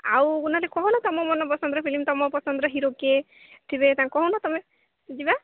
ଆଉ ନାହିତ କହୁନ ତମ ମନ ପସନ୍ଦର ଫିଲ୍ମ ତମ ପସନ୍ଦର ହିରୋ କିଏ ଥିବେ ତାଙ୍କୁ କହୁନ ତମେ ଯିବା